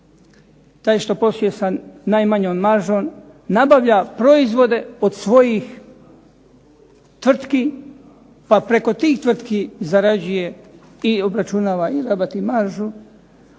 Taj što posluje sa najmanjom maržom nabavlja proizvode od svojih tvrtki pa preko tih tvrtki zarađuje i obračunava i rabat i maržu,